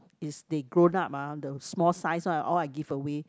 is they grown up ah the small size one all I give away